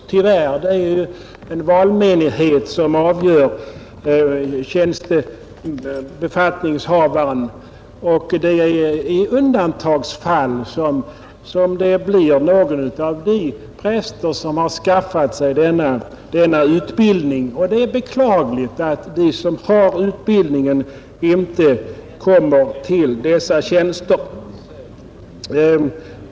Tyvärr är det en valmenighet som avgör vem som skall bli befattningshavare. Det är bara i undantagsfall som befattningshavaren blir någon av de präster som har skaffat sig denna utbildning. Det är beklagligt att de människor som har den utbildning det här gäller inte kommer i fråga för dessa tjänster.